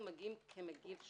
אנחנו מגיעים כמגיב שני.